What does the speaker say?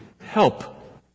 help